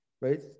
right